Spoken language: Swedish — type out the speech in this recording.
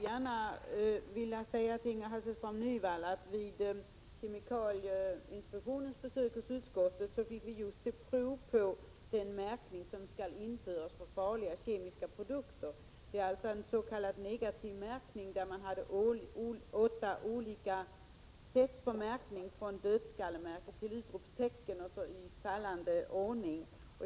Herr talman! Vid kemikalieinspektionens besök hos utskottet fick vi se prov på den märkning av farliga kemiska produkter som skall införas. Det är här frågan om en s.k. negativ märkning med åtta olika märken från dödskallemärket till ett utropstecken, allt i fallande skala.